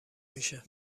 میشه